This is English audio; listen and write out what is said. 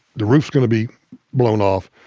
the roof's gonna be blown off.